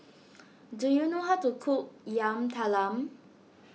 do you know how to cook Yam Talam